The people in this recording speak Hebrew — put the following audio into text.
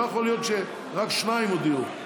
לא יכול להיות שרק שניים הודיעו.